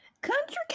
country